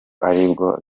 aribwo